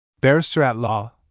Barrister-at-Law